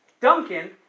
Duncan